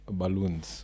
balloons